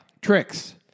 Tricks